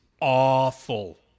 awful